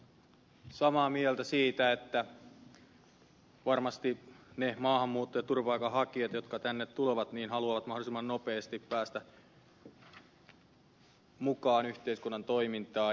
olen samaa mieltä siitä että varmasti ne maahanmuuttajat ja turvapaikanhakijat jotka tänne tulevat haluavat mahdollisimman nopeasti päästä mukaan yhteiskunnan toimintaan